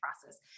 process